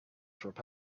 through